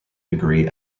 degree